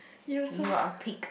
you are a pig